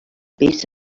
base